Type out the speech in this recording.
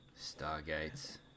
Stargates